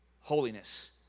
holiness